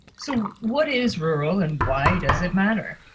so what is rural and why does it matter?